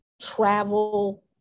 travel